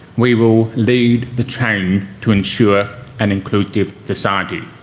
we will lead the change to ensure an inclusive society.